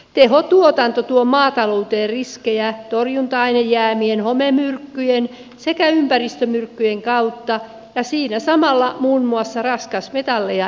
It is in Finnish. tehotuotanto tuo maatalouteen riskejä torjunta ainejäämien homemyrkkyjen sekä ympäristömyrkkyjen kautta ja siinä samalla muun muassa raskasmetalleja elintarvikkeisiin